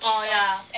orh ya